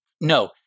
No